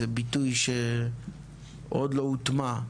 זה ביטוי שעוד לא הוטמע.